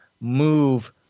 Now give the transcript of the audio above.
move